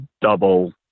double